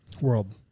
world